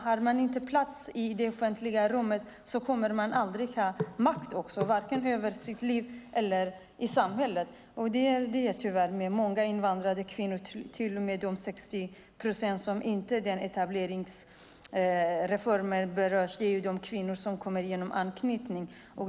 Har man inte plats i det offentliga rummet kommer man heller aldrig att ha makt vare sig över sitt liv eller i samhället. Det är tyvärr så för många invandrade kvinnor, även de 60 procent som inte berörs av etableringsreformen. Det är de kvinnor som kommer genom anknytning.